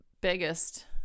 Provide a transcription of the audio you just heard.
biggest